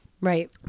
right